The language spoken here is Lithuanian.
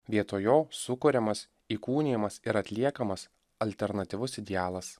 vietoj jo sukuriamas įkūnijimas ir atliekamas alternatyvus idealas